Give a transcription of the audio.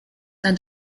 and